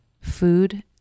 food